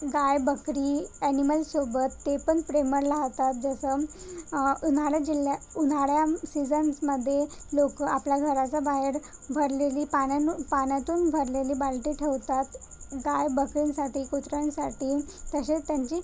गाय बकरी अॅनिमलसोबत ते पण प्रेमळ राहातात जसं उन्हाळ्यात जिल्ह्या उन्हाळ्यात सिजन्समध्ये लोक आपल्या घराचा बाहेर भरलेली पाण्यानं पाण्यातून भरलेली बालटी ठेवतात गाय बकरींसाठी कुत्र्यांसाठी तसेच त्यांची